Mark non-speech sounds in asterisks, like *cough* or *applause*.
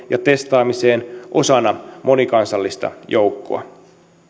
*unintelligible* ja testaamiseen osana monikansallista joukkoa